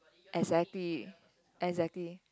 exactly exactly